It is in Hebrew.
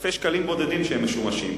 אלפי שקלים בודדים כאשר הם משומשים.